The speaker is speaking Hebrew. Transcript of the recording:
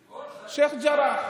שייח' ג'ראח.